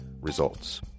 Results